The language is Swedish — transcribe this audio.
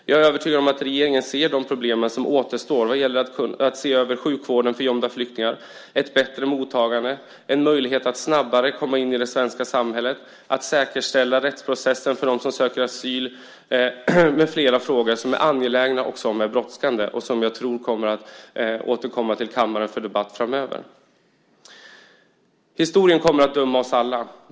Jag är övertygad om att regeringen ser de problem som återstår när det gäller en översyn av sjukvården för gömda flyktingar, ett bättre mottagande, möjligheterna att snabbare komma in i det svenska samhället, säkerställandet av rättsprocessen för dem som söker asyl, med flera frågor som är angelägna och brådskande och som jag tror kommer att återkomma till kammaren för debatt framöver. Historien kommer att döma oss alla.